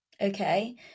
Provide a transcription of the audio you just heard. okay